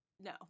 no